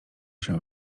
się